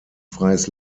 freies